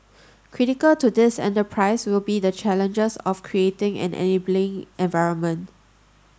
critical to this enterprise will be the challenges of creating an enabling environment